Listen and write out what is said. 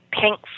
pink